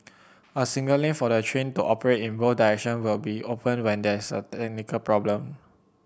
a single lane for the train to operate in both direction will be open when there is a technical problem